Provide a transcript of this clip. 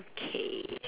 okay